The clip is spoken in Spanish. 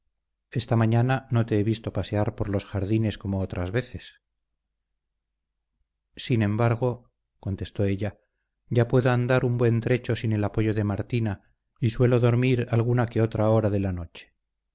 esta mañana no te he visto pasear por los jardines como otras veces sin embargo contestó ella ya puedo andar un buen trecho sin el apoyo de martina y suelo dormir alguna que otra hora de la noche